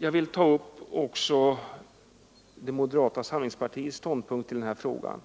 Jag vill också ta upp moderata samlingspartiets ståndpunkt i denna fråga.